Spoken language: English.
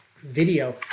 video